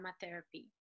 therapy